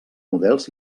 models